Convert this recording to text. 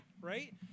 right